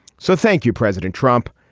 so thank you president trump.